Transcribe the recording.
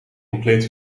compleet